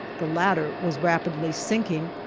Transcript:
the latter was rapidly sinking,